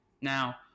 Now